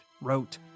wrote